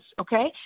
Okay